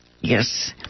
yes